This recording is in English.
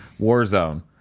Warzone